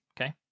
Okay